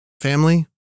family